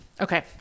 Okay